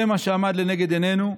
זה מה שעמד לנגד עינינו.